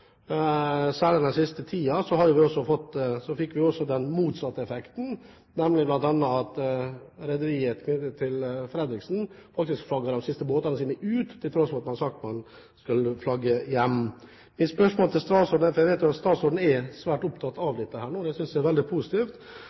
Særlig den siste tiden fikk vi den motsatte effekten, nemlig at rederiet til Fredriksen faktisk flagget de siste båtene sine ut, til tross for at man hadde sagt at man skulle flagge hjem. Jeg vet at statsråden er svært opptatt av dette nå, det synes jeg er veldig positivt.